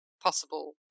possible